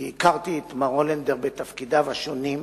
כי הכרתי את מר הולנדר בתפקידיו השונים,